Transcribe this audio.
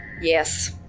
Yes